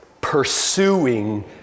pursuing